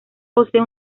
posee